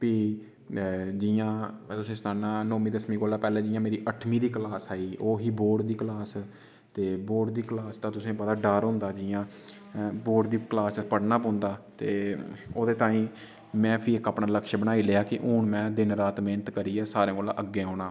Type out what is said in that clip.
फ्ही जियां में तुसेंगी सनान्ना नौमीं दसमीं कोला पैहले जियां मेरी अट्ठमी दी क्लास आई ओह् ही बोर्ड दी क्लास ते बोर्ड दी क्लास दा तुसेंगी पता डर होंदा जि'यां बोर्ड दी क्लास च पढ़ना पौंदा ते ओह्दे ताईं में फ्ही अपना इक लक्ष्य बनाई लेआ कि हून में दिन रात मेह्नत करियै सारें कोला अग्गें औना